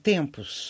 Tempos